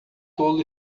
tolo